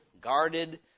guarded